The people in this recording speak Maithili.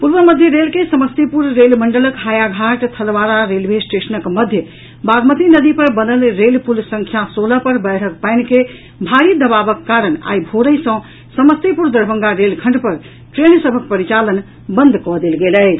पूर्व मध्य रेल के समस्तीपुर रेल मंडलक हायाघाट थलवारा रेलवे स्टेशनक मध्य बागमती नदी पर बनल रेल पुल संख्या सोलह पर बाढ़िक पानि के भारी दबाव के कारण आइ भोरहिं सँ समस्तीपुर दरभंगा रेलखंड पर ट्रेन सभक परिचालन बंद कऽ देल गेल अछि